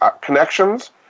connections